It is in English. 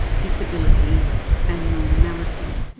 disability and normality.